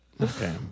Okay